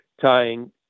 tying